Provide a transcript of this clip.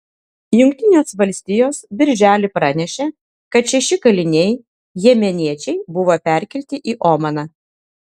jungtinės valstijos birželį pranešė kad šeši kaliniai jemeniečiai buvo perkelti į omaną